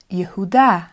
Yehuda